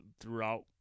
throughout